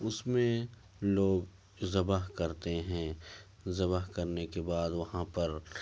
اس میں لوگ ذبح کرتے ہیں ذبح کرنے کے بعد وہاں پر